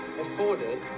afforded